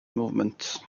movement